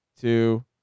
two